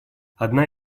одна